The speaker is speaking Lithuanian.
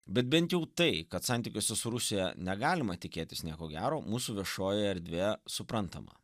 bet bent jau tai kad santykiuose su rusija negalima tikėtis nieko gero mūsų viešojoje erdvėje suprantama